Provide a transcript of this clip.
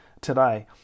today